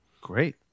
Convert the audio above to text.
Great